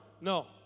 No